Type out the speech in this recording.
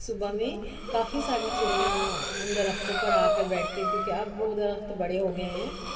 صُبح میں کافی ساری چڑیاں اُن درختوں پر آ کر بیٹھتی ہیں کیوںکہ اب وہ درخت بڑے ہو گئے ہیں